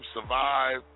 survive